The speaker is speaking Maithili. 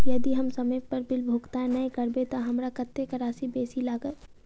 यदि हम समय पर बिल भुगतान नै करबै तऽ हमरा कत्तेक राशि बेसी लागत?